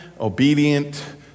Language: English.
obedient